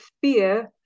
fear